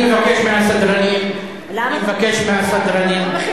אני מבקש מהסדרנים, אני מבקש מהסדרנים, למה?